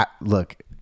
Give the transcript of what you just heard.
Look